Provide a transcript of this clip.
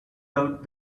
doubt